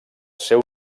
seu